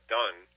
done